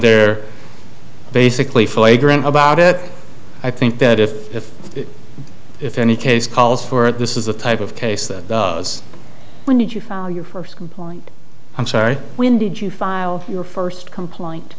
they're basically flagrant about it i think that if if if any case calls for it this is the type of case that when did you file your first complaint i'm sorry when did you file your first complaint